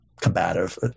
combative